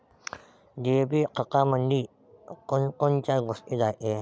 DAP खतामंदी कोनकोनच्या गोष्टी रायते?